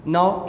Now